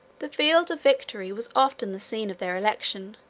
the field of victory was often the scene of their election